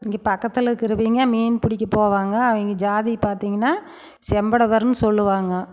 இங்கே பக்கத்தில் இருக்கறவீங்க மீன் பிடிக்க போவாங்க அவங்க ஜாதி பார்த்தீங்கன்னா செம்படவர்ன்னு சொல்லுவாங்க